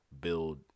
build